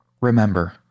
Remember